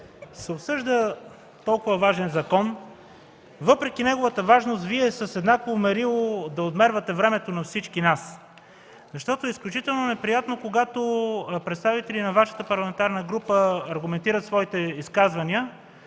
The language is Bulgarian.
обсъжда толкова важен закон, въпреки неговата важност Вие с еднакво мерило да отмервате времето на всички нас. Защото е изключително неприятно, когато представители на Вашата парламентарна група аргументират своите изказвания